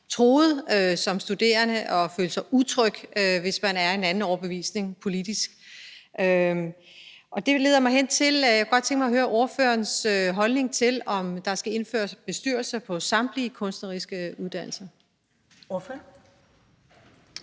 truet som studerende og føle sig utryg, hvis man politisk er af en anden overbevisning. Det leder mig hen til, at jeg godt kunne tænke mig at høre ordførerens holdning til, om der skal indføres bestyrelser på samtlige kunstneriske uddannelser. Kl.